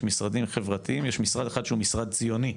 משרדים חברתיים ויש משרד אחד שהוא משרד ציוני,